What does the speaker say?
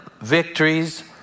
victories